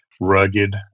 rugged